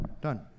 Done